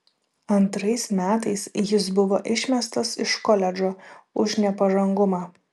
antrais metais jis buvo išmestas iš koledžo už nepažangumą